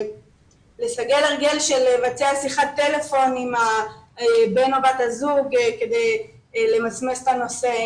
לסגל הרגל של לבצע שיחת טלפון עם בן או בת הזוג כדי למסמס את הנושא,